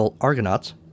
Argonauts